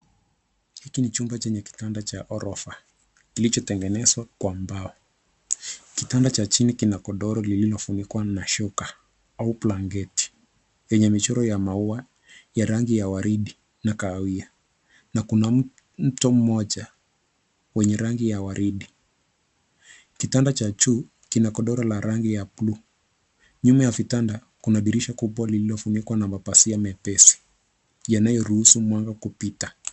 Hiki ni chumba chenye kitanda cha ghorofa kilichotengenezwa kwa mbao. Kitanda cha chini kina godoro lililofunikwa na shuka au blanketi yenye michoro ya maua ya rangi ya waridi na kahawia na kuna mto moja wenye rangi ya waridi. Kitanda cha juu kina godoro ya rangi ya bluu. Nyuma ya vitanda kuna dirisha kubwa lililofunikwa na mapazia mepesi yanayoruhusu mwanga kupita.